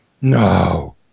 No